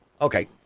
Okay